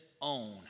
own